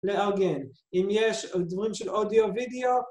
לארגן. אם יש דברים של אודיו ווידאו